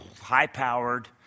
high-powered